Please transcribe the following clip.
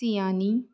सियानी